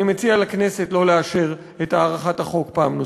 אני מציע לכנסת לא לאשר את הארכת החוק פעם נוספת.